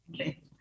Okay